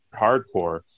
hardcore